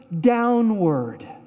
downward